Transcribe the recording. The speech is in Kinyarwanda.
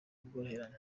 ubworoherane